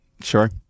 Sure